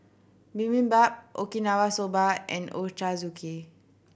Bibimbap Okinawa Soba and Ochazuke